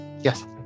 Yes